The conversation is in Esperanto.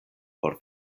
por